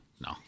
No